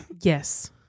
Yes